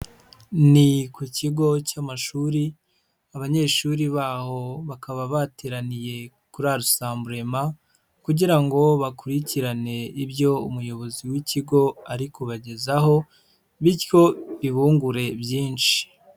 Ni ku kigo cy'amashuri, abanyeshuri baho bakaba bateraniye kuri arisamburema kugira ngo bakurikirane ibyo umuyobozi w'ikigo ari kubagezaho bityo bibungure byinshi.